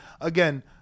Again